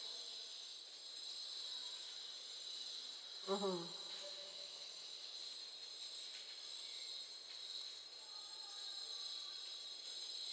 mmhmm